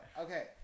Okay